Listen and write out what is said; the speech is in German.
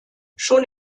schon